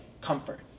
comfort